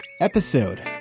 Episode